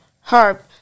harp